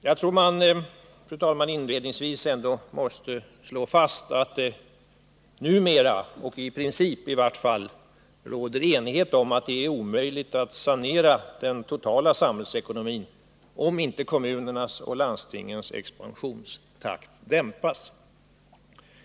Jag tror att man ändå måste slå fast att det numera, och i vart fall i princip, råder enighet om att det är omöjligt att sanera den totala samhällsekonomin om inte kommunernas och landstingens expansionstakt dämpas.